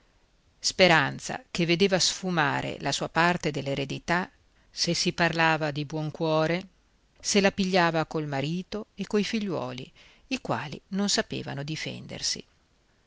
speranza che vedeva sfumare la sua parte dell'eredità se si parlava di buon cuore se la pigliava col marito e coi figliuoli i quali non sapevano difendersi